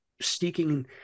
seeking